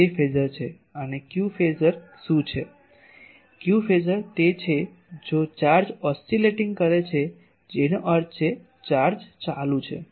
q phasor તે છે જો ચાર્જ ઓસિલેટીંગ કરે છે જેનો અર્થ છે ચાર્જ ચાલુ છે